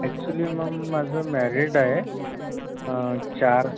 actually ma'am माझं married आहे चार